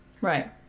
right